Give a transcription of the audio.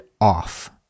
off